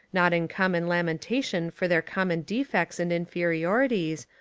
not in common lamentation for their common defects and inferiorities,